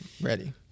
Ready